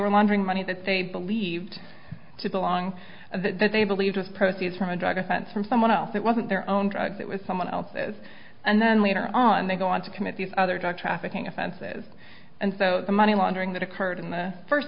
were laundering money that they believed to belong that they believed was proceeds from a drug offense from someone else it wasn't their own drugs it was someone else's and then later on they go on to commit these other drug trafficking offenses and so the money laundering that occurred in the first